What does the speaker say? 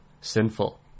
sinful